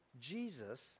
Jesus